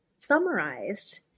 summarized